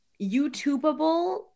YouTubeable